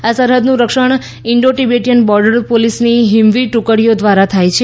આ સરહદનું રક્ષણ ઈન્ઠો તિબેટીયન બોર્ડર પોલીસની હીમવીર ટુકડીઓ દ્વારા થાય છે